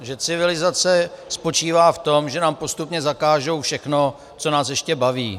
Že civilizace spočívá v tom, že nám postupně zakážou všechno, co nás ještě baví.